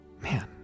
Man